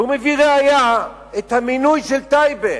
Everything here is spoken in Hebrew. והוא מביא ראיה את המינוי של טייבה.